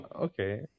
okay